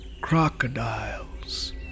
crocodiles